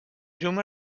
llum